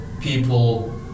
people